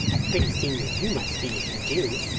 a pretty senior you must be, if you do.